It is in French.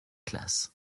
classes